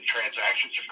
transactions